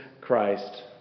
Christ